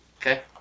Okay